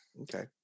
okay